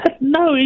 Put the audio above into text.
No